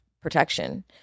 protection